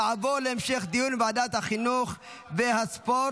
תעבור להמשך דיון בוועדת החינוך והספורט.